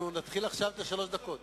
אנחנו נתחיל עכשיו את שלוש הדקות.